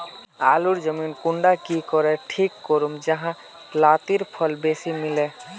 आलूर जमीन कुंडा की करे ठीक करूम जाहा लात्तिर फल बेसी मिले?